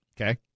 Okay